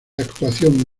actuación